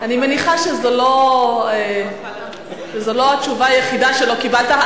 אני מניחה שזו לא התשובה היחידה שלא קיבלת.